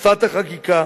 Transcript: שפת החקיקה,